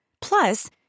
Plus